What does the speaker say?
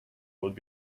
would